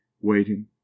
Waiting